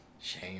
Shame